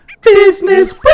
Business